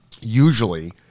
usually